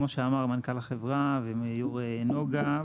כמו שאמר מנכ"ל החברה ואמר יושב-ראש נגה.